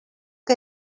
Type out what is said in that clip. que